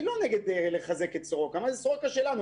אני לא נגד חיזוק סורוקה, סורוקה היא שלנו.